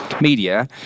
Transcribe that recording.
media